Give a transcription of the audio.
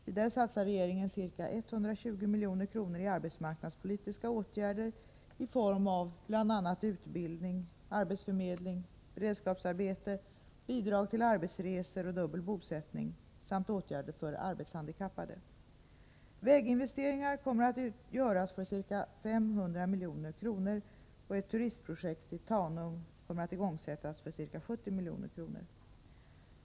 Vidare satsar regeringen ca 120 milj.kr. på arbetsmarknadspolitiska åtgärder i form av bl.a. utbildning, arbetsförmedling, beredskapsarbeten, bidrag för arbetsresor och dubbel bosättning samt åtgärder för arbetshandikappade. Väginvesteringar kommer att göras för ca 500 milj.kr., och ett turistprojekt i Tanum kommer att igångsättas för ca 70 milj.kr.